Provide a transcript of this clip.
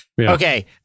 Okay